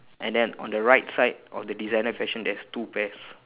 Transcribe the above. and then on the right side of the designer fashion there is two pairs